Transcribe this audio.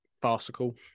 farcical